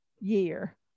year